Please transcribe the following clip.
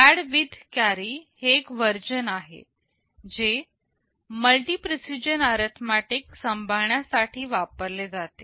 add with carry हे एक version आहे जे मल्टी प्रिसिजन अरिथमेटिक संभाळण्यासाठी वापरले जाते